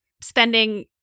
spending